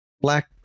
black